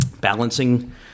balancing